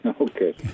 Okay